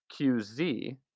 Qz